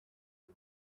the